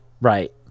Right